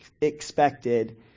expected